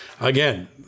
again